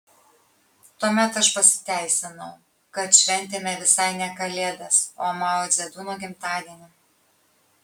tuomet aš pasiteisinau kad šventėme visai ne kalėdas o mao dzedungo gimtadienį